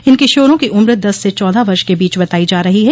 इन किशारों की उम्र दस से चौदह वर्ष के बीच बताई जा रही है